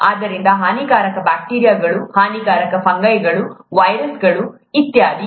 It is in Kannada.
ಆದ್ದರಿಂದ ಹಾನಿಕಾರಕ ಬ್ಯಾಕ್ಟೀರಿಯಾಗಳು ಹಾನಿಕಾರಕ ಫಂಗೈಗಳು ವೈರಸ್ಗಳು ಇತ್ಯಾದಿ